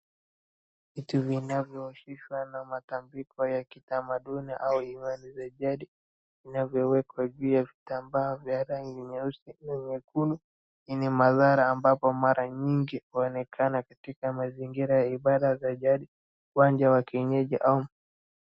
Vitu vinavyohusishwa na tambiko ya kitamaduni au imani za jadi vinavyowekwa juu ya vitambaa vya rangi nyeusi na nyekundu yenye madhara ambapo mara nyingi uonekana katika mazingira ya ibada za jadi, uwanja wa kienyeji au.